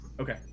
Okay